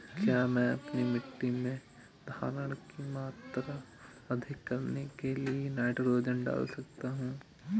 क्या मैं अपनी मिट्टी में धारण की मात्रा अधिक करने के लिए नाइट्रोजन डाल सकता हूँ?